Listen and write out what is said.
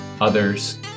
others